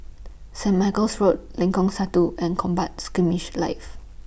St Michael's Road Lengkong Satu and Combat Skirmish Live